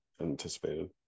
Anticipated